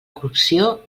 cocció